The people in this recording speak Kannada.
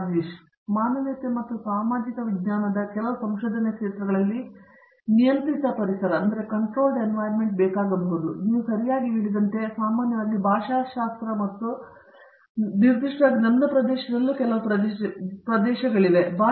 ರಾಜೇಶ್ ಕುಮಾರ್ ಮಾನವೀಯತೆ ಮತ್ತು ಸಾಮಾಜಿಕ ವಿಜ್ಞಾನದ ಕೆಲವು ಸಂಶೋಧನೆ ಕ್ಷೇತ್ರಗಳಲ್ಲಿ ನಿಯಂತ್ರಿತ ಪರಿಸರ ಬೇಕಾಗಬಹುದು ಆದರೆ ನೀವು ಸರಿಯಾಗಿ ಹೇಳಿದಂತೆ ಸಾಮಾನ್ಯವಾಗಿ ಭಾಷಾಶಾಸ್ತ್ರ ಮತ್ತು ನಿರ್ದಿಷ್ಟವಾಗಿ ನನ್ನ ಪ್ರದೇಶದಲ್ಲೂ ಕೆಲವು ಪ್ರದೇಶಗಳಿವೆ ಇದು ಮತ್ತೊಮ್ಮೆ ಬಳಸಿ